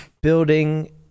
building